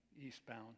eastbound